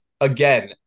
again